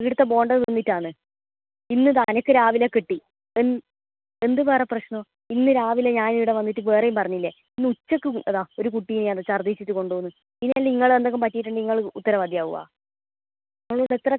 ഇവിടത്തെ ബോണ്ട തിന്നിട്ടാണ് ഇന്ന് ദാ എനിക്ക് രാവിലെ കിട്ടി എൻ എന്ത് വേറെ പ്രശ്നവും ഇന്ന് രാവിലെ ഞാനിവിടെ വന്നിട്ട് വേറെയും പറഞ്ഞില്ലേ ഇന്ന് ഉച്ചക്കും ഇതാ ഒരു കുട്ടീനെയാണ് ഛർദ്ദിച്ചിട്ട് കൊണ്ട് പോകുന്നു ഇത് നിങ്ങളെന്തെങ്കിലും പറ്റിയിട്ടുണ്ടെങ്കിൽ നിങ്ങൾ ഉത്തരവാദിയാകുമോ അതുമല്ല എത്ര